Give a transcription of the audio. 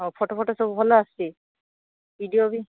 ହଉ photo photo ସବୁ ଭଲ ଆସୁଛି ଭିଡିଓ ବି